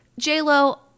JLo